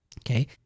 Okay